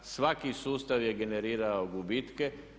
Svaki sustav je generirao gubitke.